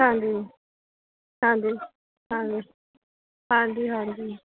ਹਾਂਜੀ ਹਾਂਜੀ ਹਾਜੀ ਹਾਂਜੀ ਹਾਂਜੀ